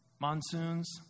monsoons